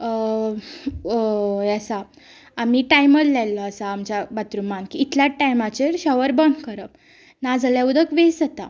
हें आसा आमी टायमर लायल्लो आसा आमच्या बातरुमान की इतल्यात टायमाचेर शोवर बन करप नाजाल्यार उदक वेस्ट जाता